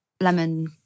lemon